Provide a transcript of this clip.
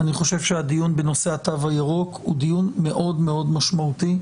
אני חושב שהדיון בנושא התו הירוק הוא דיון מאוד מאוד משמעותי.